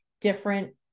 different